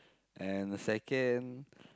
and the second